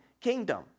kingdom